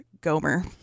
Gomer